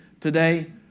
today